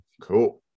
Cool